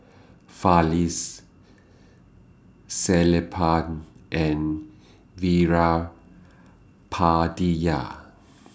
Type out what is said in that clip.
Fali Sellapan and Veerapandiya